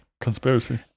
Conspiracy